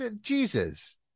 Jesus